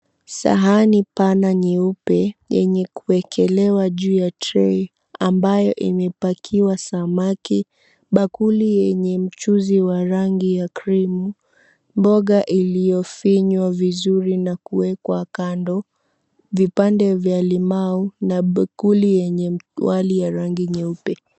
Sahani pana nyeupe yenye kuekelewa juu ya trey ambayo imebakiwa samaki. Bakuli yenye mchuzi wa rangi ya krimu, mboga iliyofinywa vizuri na kuwekwa kando, vipande vya limau na bakuli yenye wali ya rangi nyeupe.